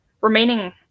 remaining